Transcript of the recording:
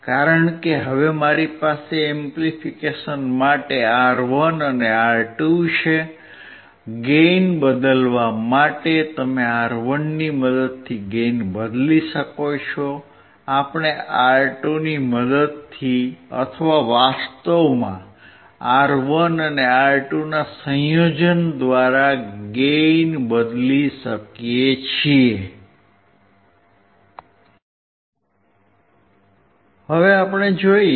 કારણ કે હવે મારી પાસે એમ્પ્લીફિકેશન માટે R1 અને R2 છે ગેઇન બદલવા માટે તમે R1 ની મદદથી ગેઇન બદલી શકો છો આપણે R2 ની મદદથી અથવા વાસ્તવમાં R1 અને R2 ના સંયોજન દ્વારા ગેઇન બદલી શકીએ છીએ